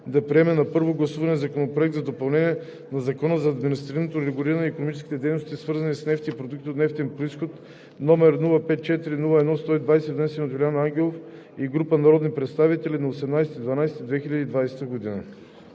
да приеме на първо гласуване Законопроект за допълнение на Закона за административното регулиране на икономическите дейности, свързани с нефт и продукти от нефтен произход, № 054-01-120, внесен от Юлиан Ангелов и група народни представители на 18 декември